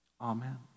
Amen